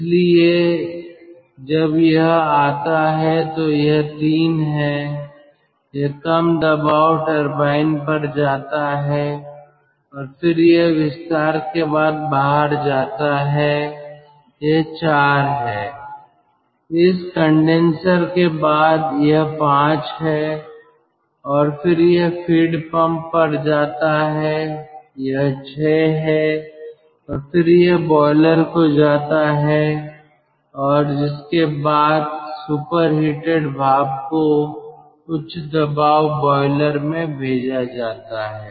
इसलिए जब यह आता है तो यह 3 है यह कम दबाव टरबाइन पर जाता है और फिर यह विस्तार के बाद बाहर आता है यह 4 है इस कंडेनसर के बाद यह 5 है और फिर यह फीड पंप पर जाता है यह 6 है और फिर यह बॉयलर को जाता है और जिसके बाद सुपरहिटेड भाप को उच्च दबाव बॉयलर में भेजा जाता है